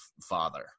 father